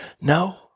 No